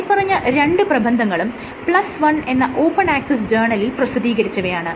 മേല്പറഞ്ഞ രണ്ട് പ്രബന്ധങ്ങളും PLoS One എന്ന ഓപ്പൺ ആക്സസ് ജേർണലിൽ പ്രസിദ്ധീകരിച്ചവയാണ്